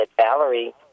Valerie